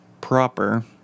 proper